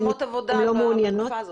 הנה מצאנו מקומות עבודה בתקופה הזאת.